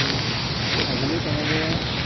ছাগলীও তেনেদৰে